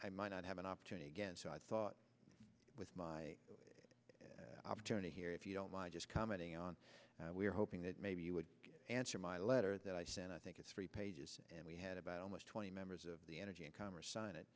i might not have an opportunity again so i thought with my opportunity here if you don't mind just commenting on we're hoping that maybe you would answer my letter that i sent i think it's three pages and we had about almost twenty members of the energy and co